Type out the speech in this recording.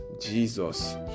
jesus